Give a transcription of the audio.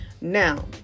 Now